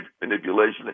manipulation